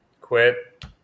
quit